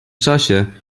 czasie